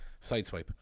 sideswipe